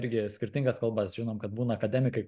irgi skirtingas kalbas žinom kad būna akademikai